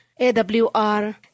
AWR